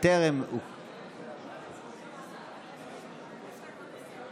(קורא בשם חבר הכנסת)